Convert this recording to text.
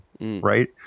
Right